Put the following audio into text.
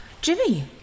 Jimmy